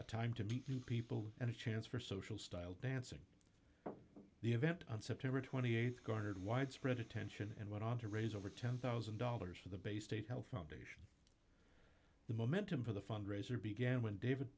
a time to meet new people and a chance for social style dancing the event on september th garnered widespread attention and went on to raise over ten thousand dollars for the bay state health foundation the momentum for the fundraiser began when david